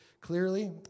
clearly